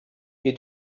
you